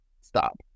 Stop